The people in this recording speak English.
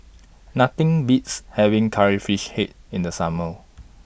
Nothing Beats having Curry Fish Head in The Summer